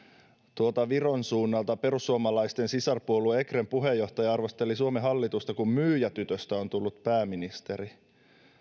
tuolta viron suunnalta perussuomalaisten sisarpuolue ekren puheenjohtaja arvosteli suomen hallitusta kun myyjätytöstä on tullut pääministeri